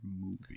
movie